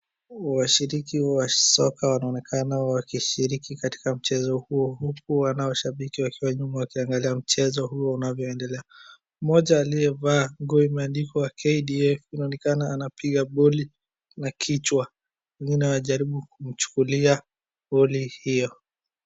Washiriki wa soka wanaonekana wakishiriki katika mchezo huo huku wanao shabiki wakiwa nyuma wakiangalia mchezo huo unaovyo endelea. Mmoja aliyevaa nguo imeandikwa KDF inaoneka anapiga boli na kichwa wengine wanajaribu kumchukulia boli hiyo.